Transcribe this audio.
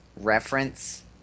reference